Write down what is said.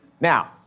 Now